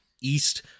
east